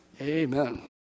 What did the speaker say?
amen